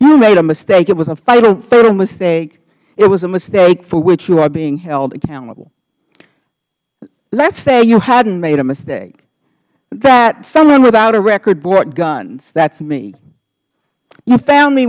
you made a mistake it was a fatal mistake it was a mistake for which you are being held accountable let's say you hadn't made a mistake that someone without a record bought guns that's me you f